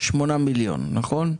שמונה מיליון, נכון?